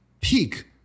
peak